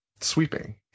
sweeping